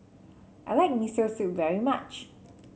I like Miso Soup very much